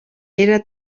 era